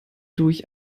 durch